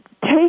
Take